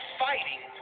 fighting